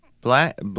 Black